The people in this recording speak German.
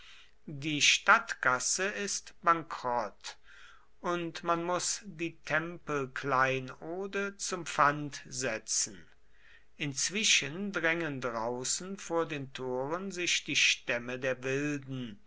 die stadtkasse ist bankrott und man muß die tempelkleinode zum pfand setzen inzwischen drängen draußen vor den toren sich die stämme der wilden